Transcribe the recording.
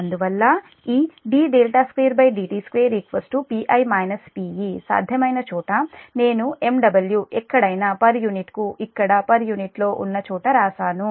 అందువల్ల ఈ d2dt2 Pi -Pe సాధ్యమైన చోట నేను MW ఎక్కడైనా పర్ యూనిట్కు ఇక్కడ పర్ యూనిట్లో ఉన్న చోట వ్రాశాను